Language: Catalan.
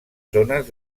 zones